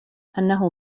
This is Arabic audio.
أنه